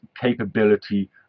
capability